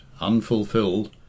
unfulfilled